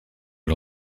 had